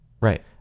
right